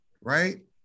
right